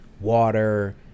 water